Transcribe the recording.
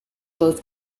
both